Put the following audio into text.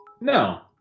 No